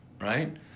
right